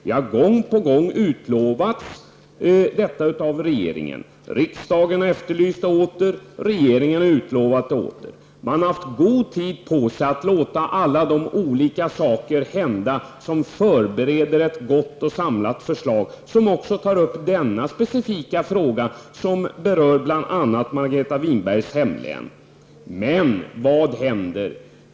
Vi har gång på gång utlovats detta av regeringen. Riksdagen har efterlyst det igen, och regeringen har utlovat det åter. Man har haft god tid på sig att låta alla de saker hända som behövs för att förbereda ett gott och samlat förslag, där också denna specifika fråga tas upp som berör bl.a. Margareta Winbergs hemlän. Men vad händer?